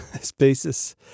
spaces